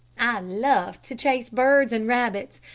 i loved to chase birds and rabbits,